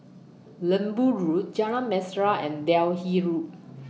Lembu Road Jalan Mesra and Delhi Road